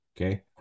okay